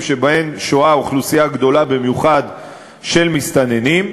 שבהן שוהה אוכלוסייה גדולה במיוחד של מסתננים.